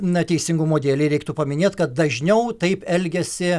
na teisingumo dėlei reiktų paminėt kad dažniau taip elgiasi